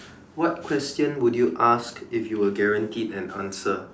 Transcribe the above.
what question would you ask if you were guaranteed an answer